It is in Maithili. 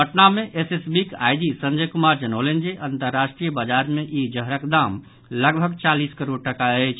पटना मे एसएसबीक आईजी संजय कुमार जनौलनि जे अंतर्राष्ट्रीय बाजार मे ई जहरक दाम लगभग चालीस करोड़ टाका अछि